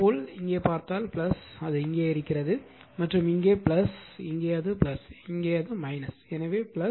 இதேபோல் இங்கே பார்த்தால் அது இங்கே இருக்கிறது மற்றும் இங்கே இங்கே அது இங்கே அது எனவே